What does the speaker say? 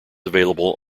available